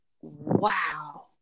wow